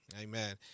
Amen